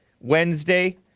Wednesday